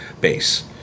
base